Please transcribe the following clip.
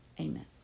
Amen